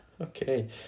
okay